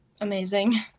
amazing